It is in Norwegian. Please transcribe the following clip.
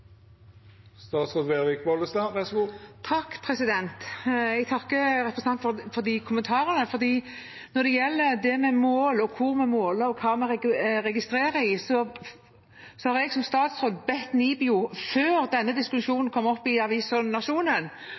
Jeg takker representanten for kommentarene, for når det gjelder mål – hvor vi måler, og hva vi registrerer i – har jeg som statsråd bedt NIBIO, før denne diskusjonen kom opp i